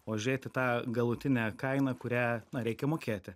o žiūrėt į tą galutinę kainą kurią na reikia mokėti